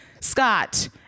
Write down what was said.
Scott